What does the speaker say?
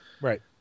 Right